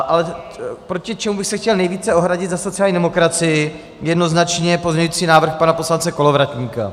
Ale proti čemu bych se chtěl nejvíce ohradit za sociální demokracii, jednoznačně pozměňující návrh pana poslance Kolovratníka.